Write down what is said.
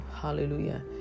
Hallelujah